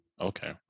okay